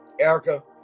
Erica